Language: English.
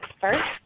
first